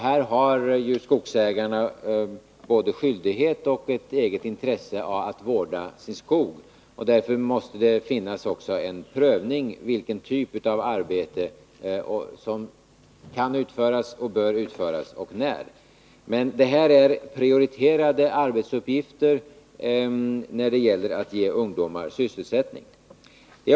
Här har skogsägarna både skyldighet och ett eget intresse av att vårda sin skog. Därför måste det finnas också en prövning av vilken typ av arbete som kan och bör utföras och när det skall ske. Men detta är prioriterade arbetsuppgifter när det gäller att ge ungdomar sysselsättning.